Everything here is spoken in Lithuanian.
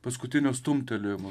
paskutinio stumtelėjimo